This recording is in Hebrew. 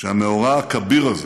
שהמאורע הכביר הזה